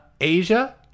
Asia